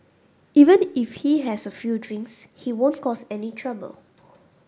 even if he has a few drinks he won't cause any trouble